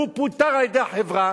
הוא פוטר על-ידי החברה,